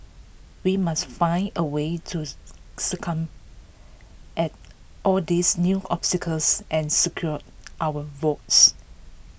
we must find A way to at all these new obstacles and secure our votes